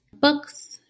books